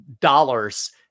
dollars